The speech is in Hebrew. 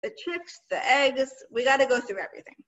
‫הצחיקות, האגז, ‫אנחנו צריכים ללכת על כל דבר.